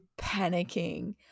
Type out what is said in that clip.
panicking